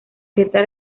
ciertas